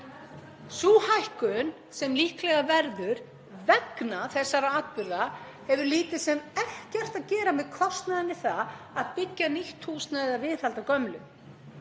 Sú hækkun sem líklega verður vegna þessara atburða hefur lítið sem ekkert að gera með kostnaðinn við það að byggja nýtt húsnæði eða viðhalda gömlu.